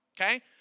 Okay